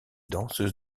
danseuse